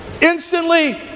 instantly